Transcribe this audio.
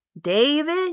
David